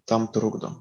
tam trukdo